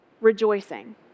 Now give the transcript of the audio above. rejoicing